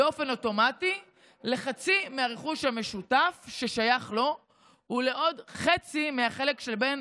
באופן אוטומטי לחצי מהרכוש המשותף ששייך לו ולעוד חצי מהחלק של בן